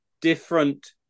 different